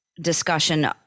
discussion